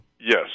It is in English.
Yes